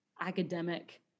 academic